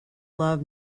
love